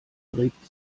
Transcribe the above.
regt